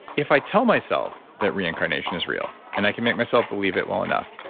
if i tell myself that reincarnation is real, and i can make myself believe it well enough,